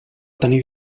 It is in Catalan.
tenir